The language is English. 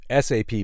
SAP